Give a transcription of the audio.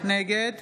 נגד